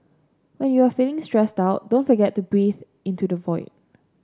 when you are feeling stressed out don't forget to breathe into the void